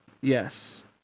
Yes